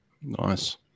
Nice